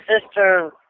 sister